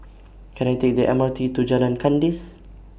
Can I Take The M R T to Jalan Kandis